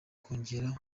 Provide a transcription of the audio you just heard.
kongera